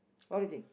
what do you think